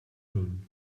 moon